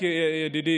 ידידי,